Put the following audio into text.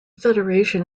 federation